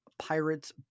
Pirate's